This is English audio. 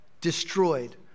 Destroyed